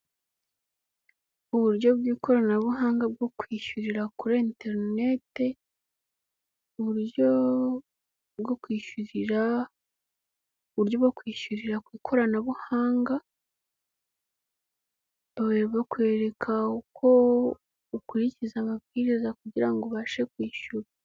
Uburyo bw'ikoranabuhanga bwo kwishyurira kuri enterinete, uburyo bwo kwishyurira, uburyo bwo kwishyurira ku ikoranabuhanga, bakwereka uko ukurikiza amabwiriza kugira ngo ubashe kwishyura.